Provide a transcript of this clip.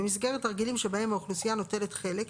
במסגרת תרגילים שבהם האוכלוסייה נוטלת חלק,